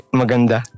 maganda